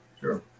sure